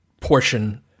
portion